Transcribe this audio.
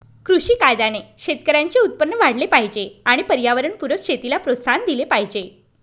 कृषी कायद्याने शेतकऱ्यांचे उत्पन्न वाढले पाहिजे आणि पर्यावरणपूरक शेतीला प्रोत्साहन दिले पाहिजे